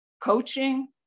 coaching